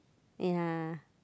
ya